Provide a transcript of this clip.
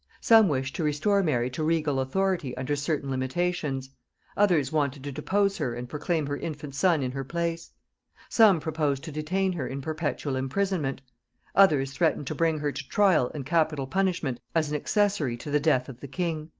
some wished to restore mary to regal authority under certain limitations others wanted to depose her and proclaim her infant son in her place some proposed to detain her in perpetual imprisonment others threatened to bring her to trial and capital punishment as an accessary to the death of the king.